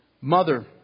Mother